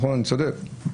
אני צודק?